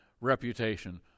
reputation